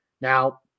Now